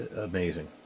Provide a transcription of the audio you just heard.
amazing